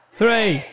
three